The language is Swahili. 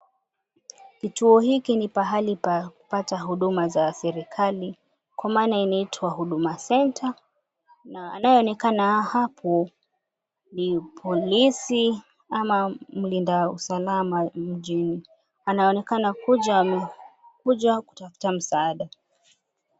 Kituo hiki ni pahali pa kupata huduma za serikali kwa maana inaitwa huduma center na anayeonekana hapo ni polisi ama mlinda usalama mjini anaamka na kuja kutafuta msaada.